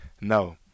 no